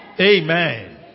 Amen